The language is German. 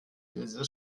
ilse